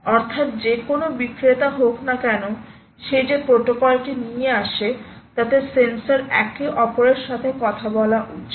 অর্থাৎ যেকোনো বিক্রেতা হোক না কেন সে যে প্রোটোকলটি নিয়ে আসে তাতে সেন্সর একে অপরের সাথে কথা বলা উচিত